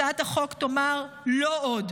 הצעת החוק תאמר: לא עוד,